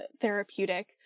therapeutic